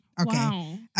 okay